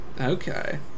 Okay